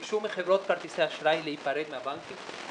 ביקשו מחברות כרטיסי האשראי להיפרד מהבנקים,